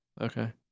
Okay